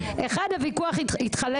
על מה דיברנו?